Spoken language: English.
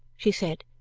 she said,